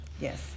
Yes